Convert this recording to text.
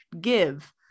give